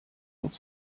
auf